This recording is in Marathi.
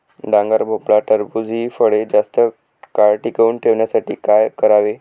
डांगर, भोपळा, टरबूज हि फळे जास्त काळ टिकवून ठेवण्यासाठी काय करावे?